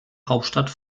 hauptstadt